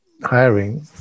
Hiring